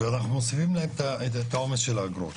ואנחנו מוסיפים להם את העומס של האגרות.